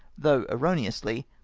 though erro neously,